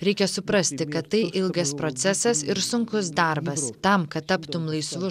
reikia suprasti kad tai ilgas procesas ir sunkus darbas tam kad taptum laisvu